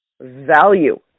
Value